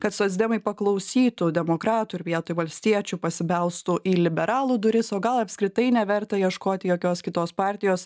kad socdemai paklausytų demokratų ir vietoj valstiečių pasibelstų į liberalų duris o gal apskritai neverta ieškoti jokios kitos partijos